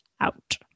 Out